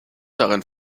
darin